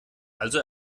also